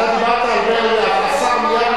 חבר הכנסת עמיר פרץ,